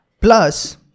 Plus